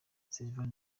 sylvain